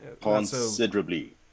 Considerably